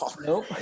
Nope